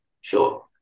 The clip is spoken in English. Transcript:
sure